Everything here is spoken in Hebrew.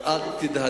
אז אל תתהדר.